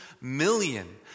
million